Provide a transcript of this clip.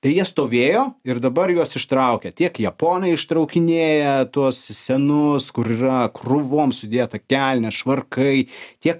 tai jie stovėjo ir dabar juos ištraukia tiek japonai ištraukinėja tuos senus kur yra krūvom sudėta kelnės švarkai tiek